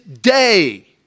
day